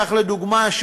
כך לדוגמה,